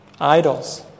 Idols